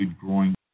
growing